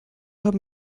haben